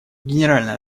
генеральная